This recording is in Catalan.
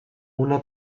una